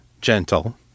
gentle